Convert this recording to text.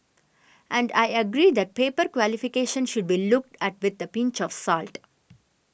and I agree that paper qualifications should be looked at with a pinch of salt